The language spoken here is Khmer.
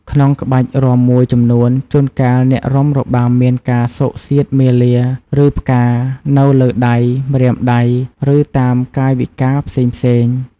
ក្នុងក្បាច់រាំមួយចំនួន ជួនកាលអ្នករបាំមានការស៊កសៀតមាលា ឬ ផ្កា នៅលើដៃ ម្រាមដៃ ឬតាមកាយវិការផ្សេងៗ។